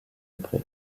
après